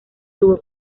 tuvo